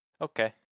Okay